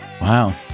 Wow